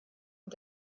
und